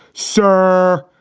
sir.